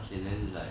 how to say then like